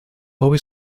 always